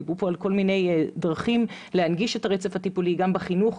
דיברו פה על כל מיני דרכים להנגיש את הרצף הטיפולי גם בחינוך,